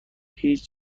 هیچ